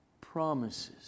promises